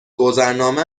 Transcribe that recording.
گذرنامه